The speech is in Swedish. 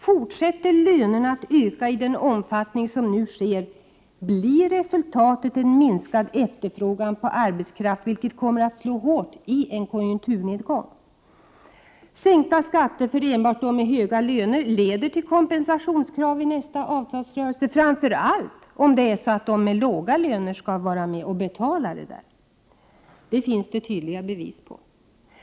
Fortsätter lönerna att öka i 1 februari 1989 | den omfattning som nu sker, blir resultatet en minskad efterfrågan på Allsännollak diban arbetskraft, vilket kommer att slå hårt i en konjunkturnedgång. Sänkta 4 postaRaenan skatter enbart för de som har höga löner leder till kompensationskrav i nästa 5 avtalsrörelse — framför allt om det är så, att de som har låga löner skall vara Ekonomi med och betala. Det finns det tydliga bevis på.